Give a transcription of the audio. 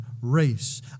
race